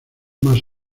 más